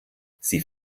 sie